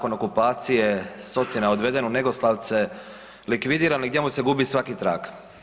okupacije Sotina odveden u Negoslavce, likvidiran i gdje mu se gubi svaki trag.